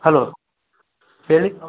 hello ಹೇಳಿ